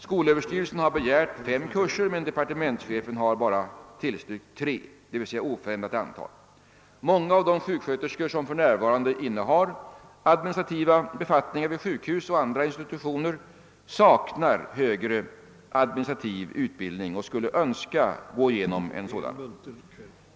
Skolöverstyrelsen har begärt fem kurser, men departementschefen har bara tillstyrkt tre, d.v.s. oförändrat antal. Många av de sjuksköterskor som för närvarande innehar administrativa befattningar vid sjukhus och andra institutioner saknar högre administrativ utbildning och skulle önska gå igenom en sådan.